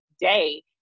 day